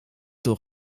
door